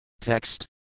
Text